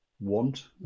want